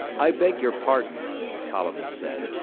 i beg your pardon, the colonist said,